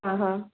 हा हा